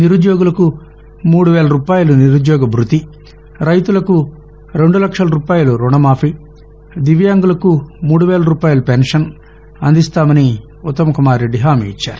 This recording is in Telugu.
నిరుద్యోగులకు మూడు వేల రూపాయల నిరుద్యోగ భృతి రైతులకు రెండు లక్షల రూపాయల రుణమాఫీ దివ్యాంగులకు మూడు వేల రూపాయల పింఛను అందిస్తామని ఉత్తమ్కుమార్రెడ్డి హామీ ఇచ్చారు